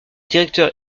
directeur